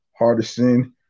Hardison